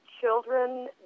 children